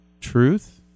truth